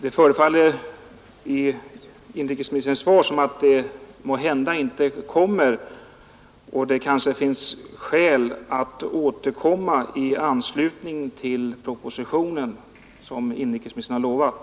Det förefaller av inrikesministerns svar som om den måhända inte gör det, och det kanske finns skäl att återkomma i anslutning till den proposition som inrikesministern har utlovat.